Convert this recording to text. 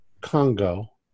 Congo